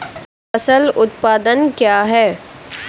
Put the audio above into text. फसल उत्पादन क्या है?